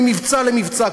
ממבצע למבצע,